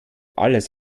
alles